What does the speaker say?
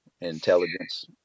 intelligence